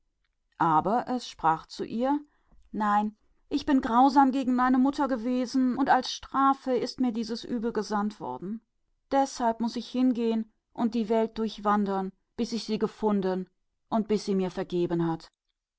verhöhnen es sagte aber zu ihr nein denn ich bin grausam gegen meine mutter gewesen und zur strafe ist mir dieses übel gesandt deshalb muß ich von hinnen ziehen und durch die welt wandern bis ich sie finde und sie mir